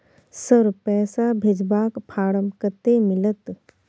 Sir, पैसा भेजबाक form कत्ते मिलत?